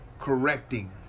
correcting